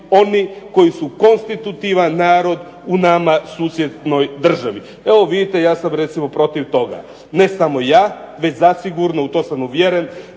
oni koji su konstitutivan narod u nama susjednoj državi? Evo vidite ja sam recimo protiv toga. Ne samo ja već zasigurno, u to sam uvjeren,